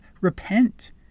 repent